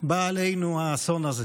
בא עלינו האסון הזה